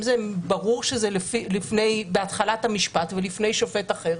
אם ברור שזה בתחילת המשפט ולפני שופט אחר,